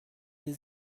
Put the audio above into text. les